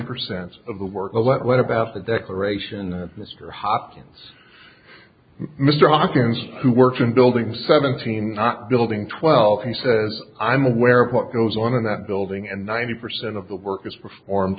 percent of the work but what about the declaration that mr hopkins mr hawkins who works in building seventeen not building twelve he says i'm aware of what goes on in that building and ninety percent of the work is performed